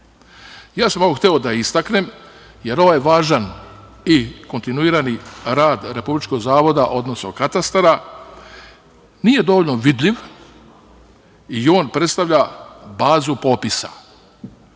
sam ovo hteo da istaknem, jer ovaj važan i kontinuirani rad Republičkog zavoda, odnosno katastara, nije dovoljno vidljiv i on predstavlja bazu popisa.